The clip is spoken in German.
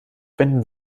wenden